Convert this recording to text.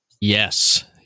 Yes